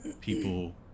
people